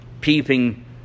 peeping